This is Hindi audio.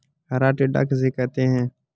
हरा टिड्डा किसे कहते हैं?